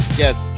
yes